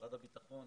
משרד הביטחון,